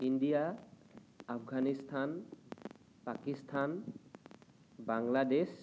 India Afghanistan Pakistan Bangladesh